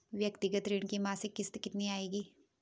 व्यक्तिगत ऋण की मासिक किश्त कितनी आएगी?